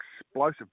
explosive